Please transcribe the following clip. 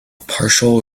partial